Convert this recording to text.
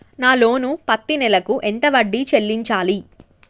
నా లోను పత్తి నెల కు ఎంత వడ్డీ చెల్లించాలి?